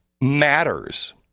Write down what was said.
matters